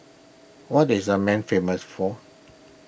what is Amman famous for